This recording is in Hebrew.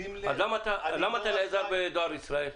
אז למה אתה נעזר בדואר ישראל?